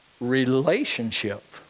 relationship